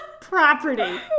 property